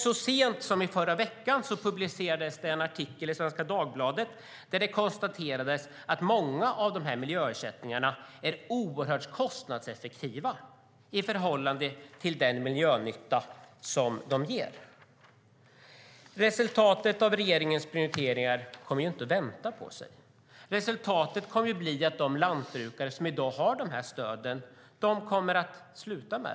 Så sent som i förra veckan publicerades en artikel i Svenska Dagbladet där det konstaterades att många av miljöersättningarna är oerhört kostnadseffektiva i förhållande till den miljönytta som de ger. Resultatet av regeringens prioriteringar kommer inte att vänta på sig. Resultatet kommer att bli att de lantbrukare som i dag har stöden kommer att sluta.